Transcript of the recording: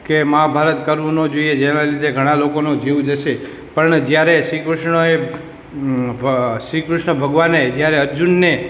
કે મહાભારત કરવું ના જોઈએ જેનાં લીધે ઘણા લોકોનો જીવ જશે પણ જયારે શ્રી કૃષ્ણએ ભ શ્રી કૃષ્ણ ભગવાને જ્યારે અર્જુનને